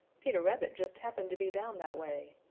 peter rabbit just happened to be down that way.